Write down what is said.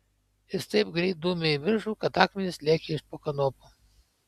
jis taip greit dūmė į viršų kad akmenys lėkė iš po kanopų